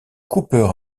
cooper